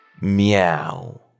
Meow